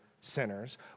sinners